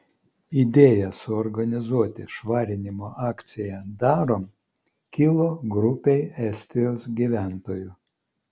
idėja suorganizuoti švarinimo akciją darom kilo grupei estijos gyventojų